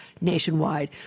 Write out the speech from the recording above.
nationwide